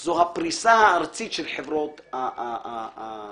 זה הפריסה הארצית של חברות הגז.